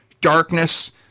darkness